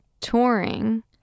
touring